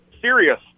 serious